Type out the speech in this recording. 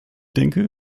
denke